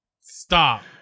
stop